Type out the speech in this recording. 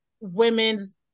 women's